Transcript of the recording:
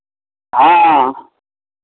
हँ